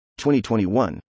2021